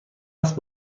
است